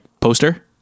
poster